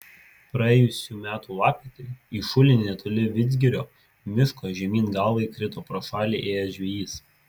praėjusių metų lapkritį į šulinį netoli vidzgirio miško žemyn galva įkrito pro šalį ėjęs žvejys